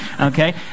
Okay